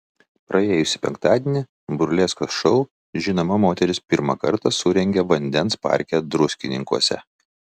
praėjusį penktadienį burleskos šou žinoma moteris pirmą kartą surengė vandens parke druskininkuose